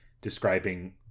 describing